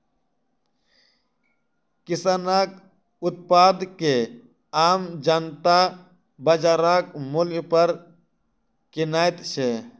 किसानक उत्पाद के आम जनता बाजारक मूल्य पर किनैत छै